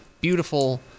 beautiful